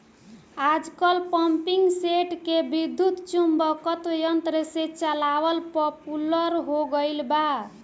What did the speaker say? आजकल पम्पींगसेट के विद्युत्चुम्बकत्व यंत्र से चलावल पॉपुलर हो गईल बा